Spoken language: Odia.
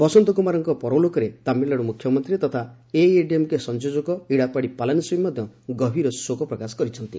ବସନ୍ତ କୁମାରଙ୍କ ପରଲୋକରେ ତାମିଲନାଡୁ ମୁଖ୍ୟମନ୍ତ୍ରୀ ତଥା ଏଆଇଏଡିଏମ୍କେ ସଂଯୋଜକ ଇତାପାଡି ପାଲାନିସ୍ୱାମୀ ମଧ୍ୟ ଗଭୀର ଶୋକପ୍ରକାଶ କରିଛନ୍ତି